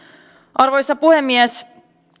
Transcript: arvoisa puhemies